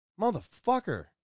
Motherfucker